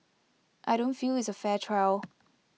I don't feel it's A fair trial